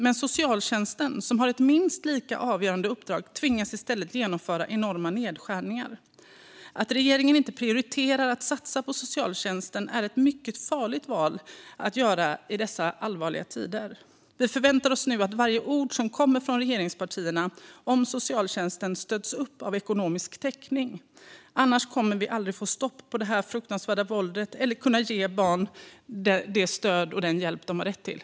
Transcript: Men socialtjänsten, som har ett minst lika avgörande uppdrag, tvingas i stället genomföra enorma nedskärningar. Att regeringen inte prioriterar att satsa på socialtjänsten är ett mycket farligt val i dessa allvarliga tider. Vänsterpartiet förväntar sig nu att varje ord som kommer från regeringspartierna om socialtjänsten stöds av ekonomisk täckning. Annars kommer vi aldrig att få stopp på det fruktansvärda våldet eller kunna ge barn det stöd och den hjälp de har rätt till.